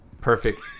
Perfect